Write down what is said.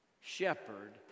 shepherd